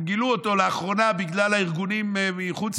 הם גילו אותו לאחרונה בגלל הארגונים מחוץ